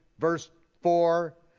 verse four,